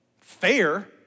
fair